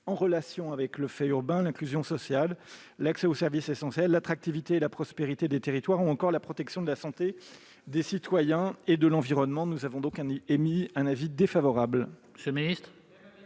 en relation avec le fait urbain, « l'inclusion sociale, l'accès aux services essentiels, l'attractivité et la prospérité des territoires ou encore la protection de la santé des citoyens et de l'environnement ». La commission a donc émis un avis défavorable